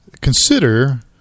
consider